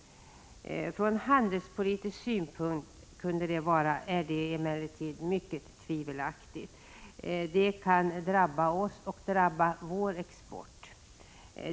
Från handelspolitisk synpunkt är den lösningen emellertid mycket tvivelaktig. Det kan drabba oss och vår export.